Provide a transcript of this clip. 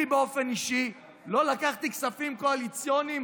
אני באופן אישי לא לקחתי כספים קואליציוניים